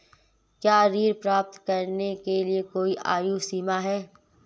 क्या ऋण प्राप्त करने के लिए कोई आयु सीमा है?